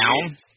down